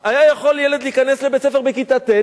היה יכול ילד להיכנס לבית-ספר בכיתה ט',